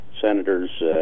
senators